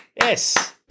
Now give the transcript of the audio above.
Yes